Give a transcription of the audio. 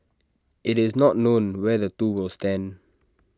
IT is not known where the two will stand